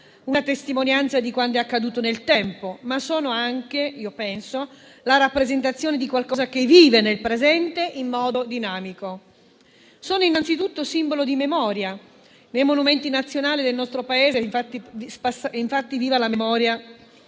una testimonianza di quanto è accaduto nel tempo, ma sono anche, io penso, la rappresentazione di qualcosa che vive nel presente in modo dinamico. Sono innanzitutto simbolo di memoria. Nei monumenti nazionali del nostro Paese è infatti viva la memoria